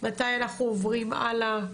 מתי אנחנו עוברים הלאה.